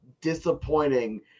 disappointing